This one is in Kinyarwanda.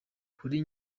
kuri